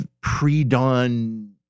pre-dawn